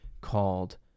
called